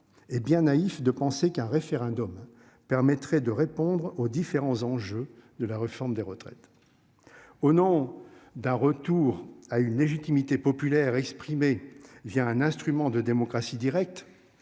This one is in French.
Hé bien naïf de penser qu'un référendum permettrait de répondre aux différents enjeux de la réforme des retraites. Au nom d'un retour à une légitimité populaire exprimée via un instrument de démocratie directe.